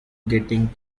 getting